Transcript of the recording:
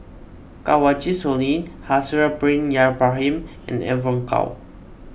Kanwaljit Soin Haslir Bin Ibrahim and Evon Kow